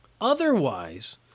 Otherwise